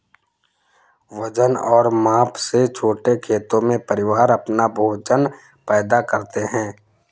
वजन और माप से छोटे खेतों में, परिवार अपना भोजन पैदा करते है